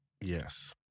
yes